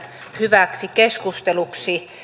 hyväksi keskusteluksi